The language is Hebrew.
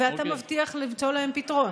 ואתה מבטיח למצוא להם פתרון?